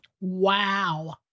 wow